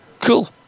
Cool